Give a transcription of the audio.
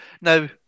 Now